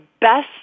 best